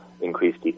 Increased